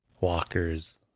Walker's